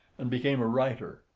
and became a writer,